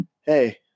hey